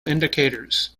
indicators